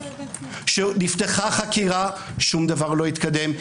שנפתחה חקירה שום דבר לא התקדם.